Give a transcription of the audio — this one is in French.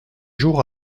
jours